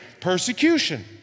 persecution